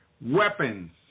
weapons